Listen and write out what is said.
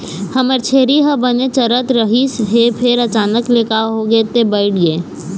हमर छेरी ह बने चरत रहिस हे फेर अचानक ले का होगे ते बइठ गे